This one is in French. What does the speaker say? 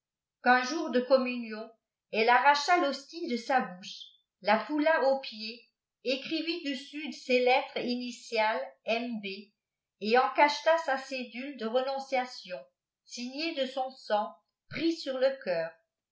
qu'un jour de eofbmmnon elle arracha l'hostie de sa bouche la foula aux pieds écrivit dessm ses lettres initiales m b et en cacheta sa cédule de renonciation signée deon sang pris sur le cœur